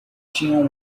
tinham